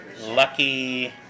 lucky